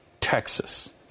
Texas